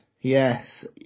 yes